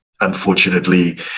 unfortunately